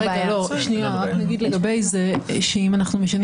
אני רק אגיד לגבי זה שאם אנחנו משנים